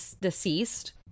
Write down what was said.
deceased